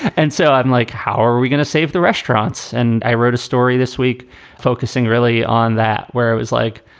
and so i'm like, how are we going to save the restaurants? and i wrote a story this week focusing really on that, where it was like,